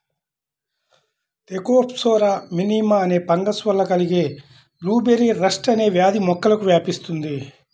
Thekopsora మినిమా అనే fungus వల్ల కలిగే బ్లూబెర్రీ రస్ట్ అనే వ్యాధి మొక్కలకు వ్యాపిస్తుంది